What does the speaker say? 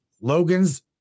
Logan's